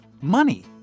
money